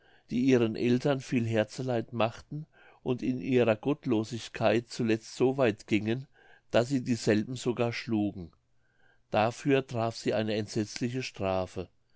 die ihren eltern viel herzeleid machten und in ihrer gottlosigkeit zuletzt so weit gingen daß sie dieselben sogar schlugen dafür traf sie eine entsetzliche strafe